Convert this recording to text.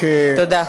דבר